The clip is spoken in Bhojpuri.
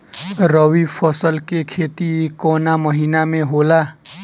रवि फसल के खेती कवना महीना में होला?